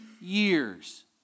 years